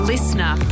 Listener